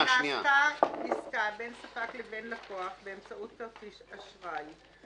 "נעשתה עסקה בין ספק לבין לקוח באמצעות כרטיס אשראי".